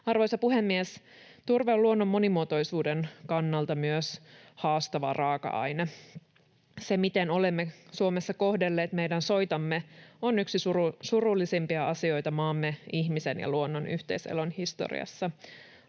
Arvoisa puhemies! Turve on myös luonnon monimuotoisuuden kannalta haastava raaka-aine. Se, miten olemme Suomessa kohdelleet soitamme, on yksi surullisimpia asioita maamme ihmisen ja luonnon yhteiselon historiassa.